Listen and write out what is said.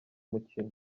mukino